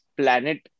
planet